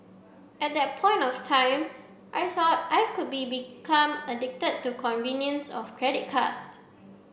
at that point of time I thought I could be become addicted to convenience of credit cards